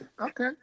Okay